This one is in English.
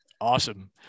Awesome